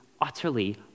utterly